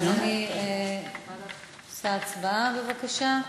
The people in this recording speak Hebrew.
הצבעה, בבקשה.